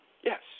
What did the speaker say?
Yes